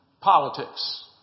politics